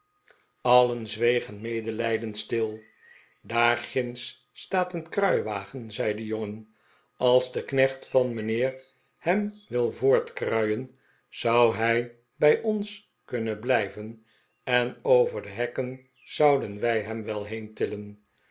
allen zwegen medelijdend stil daar ginds staat een kruiwagen zei de jongen als de knecht van mijnheer hem wil voortkruien zou hij bij ons kunnen blijven en over de hekken zouden wij hem wel